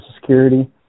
security